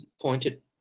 pointed